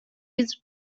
his